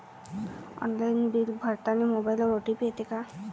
Online bill भरतानी मोबाईलवर OTP येते का?